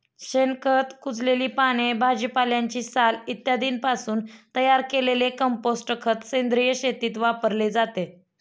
शेणखत, कुजलेली पाने, भाजीपाल्याची साल इत्यादींपासून तयार केलेले कंपोस्ट खत सेंद्रिय शेतीत वापरले जाते